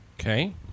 Okay